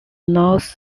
north